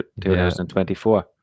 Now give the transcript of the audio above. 2024